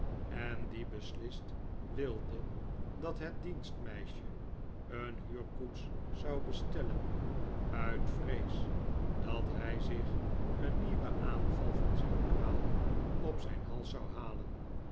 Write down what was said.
en die beslist wilde dat het dienstmeisje een huurkoets zou bestellen uit vrees dat hij zich een nieuwen aanval van zijn kwaal op zijn hals zou halen